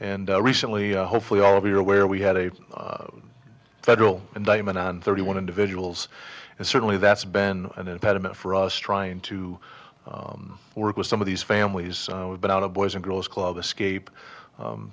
and recently hopefully all of you are aware we had a federal indictment on thirty one individuals and certainly that's been an impediment for us trying to work with some of these families who have been out of boys and girls club escape